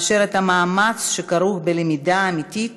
מאשר את המאמץ שכרוך בלמידה אמיתית